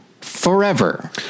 forever